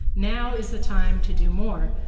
now is the time to do more,